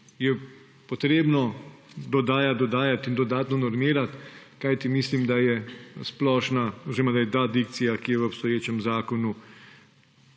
je potrebno dodajati, dodajati in dodatno normirati, kajti mislim, da je ta dikcija, ki je v obstoječem zakonu,